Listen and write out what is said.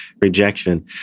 rejection